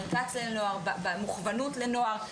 באוריינטציה לנוער, במוכוונות לנוער.